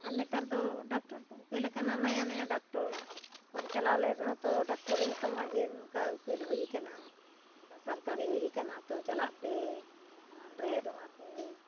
ᱟᱨ ᱱᱮᱛᱟᱨ ᱫᱚ ᱰᱟᱠᱴᱚᱨ ᱠᱚ ᱩᱯᱮᱞ ᱟᱠᱟᱱᱟ ᱱᱟᱭᱟ ᱱᱟᱭᱟ ᱰᱟᱠᱴᱚᱨ ᱵᱟᱝ ᱪᱟᱞᱟᱣ ᱞᱮᱱ ᱨᱮᱦᱚᱸ ᱛᱚ ᱰᱟᱠᱴᱚᱨᱮ ᱢᱮᱛᱟᱢᱟ ᱡᱮ ᱱᱚᱝᱠᱟ ᱩᱯᱮᱞ ᱦᱩᱭ ᱟᱠᱟᱱᱟ ᱱᱚᱝᱠᱟ ᱥᱚᱨᱠᱟᱨᱤ ᱦᱩᱭ ᱠᱟᱱᱟ ᱛᱚ ᱪᱟᱞᱟᱜ ᱯᱮ ᱨᱟᱱ ᱨᱮᱦᱮᱫᱚᱜ ᱟᱯᱮ